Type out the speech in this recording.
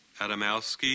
Adamowski